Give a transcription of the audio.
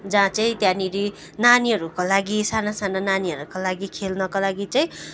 जहाँ चाहिँ त्यहाँनेरि नानीहरूको लागि साना साना नानीहरूको लागि खेल्नको लागि चाहिँ